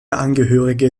angehörige